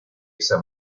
esa